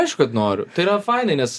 aišku kad noriu tai yra fainai nes